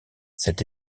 cette